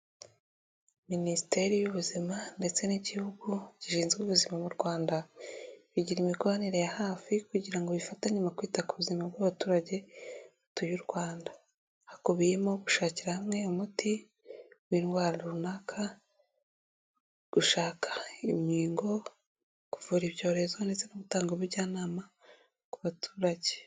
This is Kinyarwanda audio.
Minisiteri y'Ubuzima ndetse n'igihugu gishinzwe ubuzima mu Rwanda, bigira imikoranire ya hafi kugira ngo bifatanye mu kwita ku buzima bw'abaturage batuye u Rwanda. Hakubiyemo gushakira hamwe umuti w'indwara runaka, gushaka inkingo, kuvura ibyorezo ndetse no gutanga ubujyanama ku baturage.